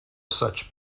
such